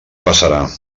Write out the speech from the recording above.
passarà